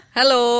Hello